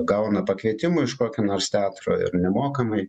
gauna pakvietimų iš kokio nors teatro ir nemokamai